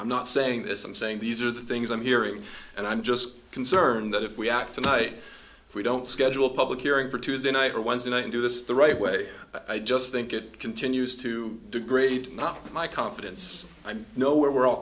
i'm not saying this i'm saying these are the things i'm hearing and i'm just concerned that if we act tonight if we don't schedule a public hearing for tuesday night or wednesday night and do this the right way i just think it continues to degrade not my confidence i'm no where we're all